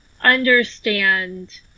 understand